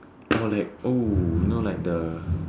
or like oh you know like the